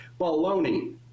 Baloney